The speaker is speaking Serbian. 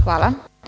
Hvala.